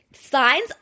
Signs